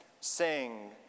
sing